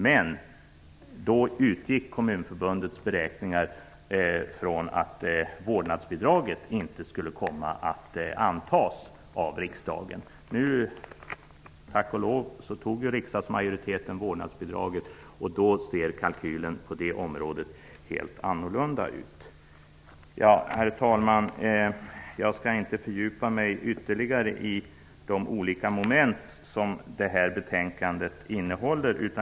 Men då utgick man i Kommunförbundets beräkningar från att vårdnadsbidraget inte skulle komma att antas av riksdagen. Nu antog tack och lov riksdagsmajoriteten förslaget om vårdnadsbidrag. Då ser kalkylen på det området helt annorlunda ut. Herr talman! Jag skall inte fördjupa mig ytterligare i de olika momenten i betänkandet.